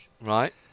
Right